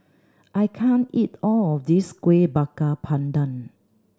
I can't eat all of this Kuih Bakar Pandan